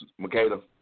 Makeda